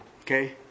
Okay